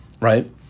right